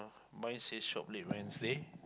mine says shop late Wednesday